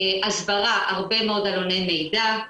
הסברה, הרבה מאוד עלוני מידע,